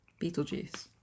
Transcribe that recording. Beetlejuice